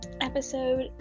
episode